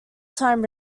time